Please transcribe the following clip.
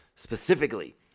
specifically